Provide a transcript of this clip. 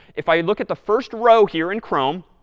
if i look at the first row here in chrome,